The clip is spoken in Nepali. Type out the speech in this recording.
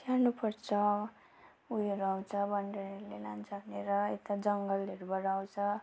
स्याहार्नु पर्छ उयोहरू आउँछ बनढाडेहरूले लान्छ भनेर यता जङ्गलहरूबाट आउँछ